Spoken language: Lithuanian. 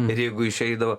ir jeigu išeidavo